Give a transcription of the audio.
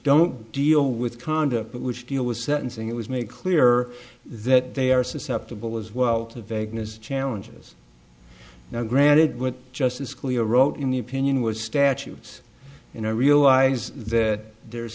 don't deal with conduct but which deal with sentencing it was made clear that they are susceptible as well to the vagueness challenges now granted what justice scalia wrote in the opinion was statutes and i realize that there